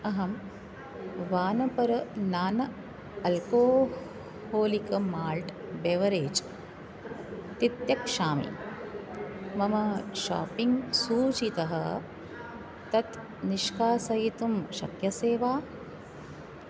अहं वानपर non alcoholic malt beverage तित्यक्षामि मम शापिङ्ग् सूचीतः तत् निष्कासयितुं शक्यसे वा